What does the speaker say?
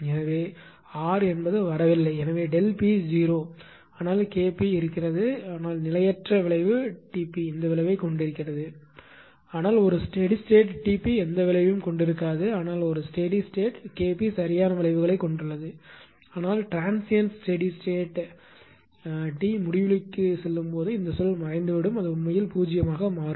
எனவே ஆர் வரவில்லை ஏனெனில் ΔP 0 ஆனால் K p இருந்தது ஆனால் நிலையற்ற விளைவு T p இந்த விளைவைக் கொண்டிருக்கிறது ஆனால் ஒரு ஸ்டெடி ஸ்டேட் T p எந்த விளைவையும் கொண்டிருக்காது ஆனால் ஒரு ஸ்டெடி ஸ்டேட் K p சரியான விளைவுகளைக் கொண்டுள்ளது ஆனால் ட்ரான்சியின்ட் ஸ்டேட் டி முடிவிலிக்கு செல்லும்போது இந்த சொல் மறைந்துவிடும் அது உண்மையில் 0 ஆக மாறும்